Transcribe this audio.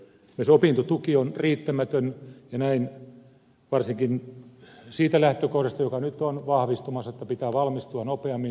myös opintotuki on riittämätön ja näin varsinkin siitä lähtökohdasta joka nyt on vahvistumassa että pitää valmistua nopeammin